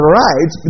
right